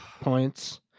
points